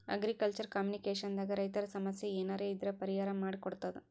agriculture communication ದಾಗ್ ರೈತರ್ ಸಮಸ್ಯ ಏನರೇ ಇದ್ರ್ ಪರಿಹಾರ್ ಮಾಡ್ ಕೊಡ್ತದ್